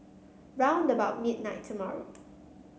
round about midnight tomorrow